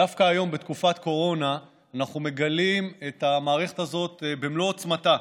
דווקא היום בתקופת קורונה אנחנו מגלים את המערכת הזו במלוא עוצמתה,